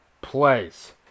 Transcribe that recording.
place